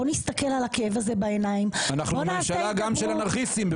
בואו נסתכל על הכאב הזה בעיניים --- אנחנו ממשלה גם של אנרכיסטים.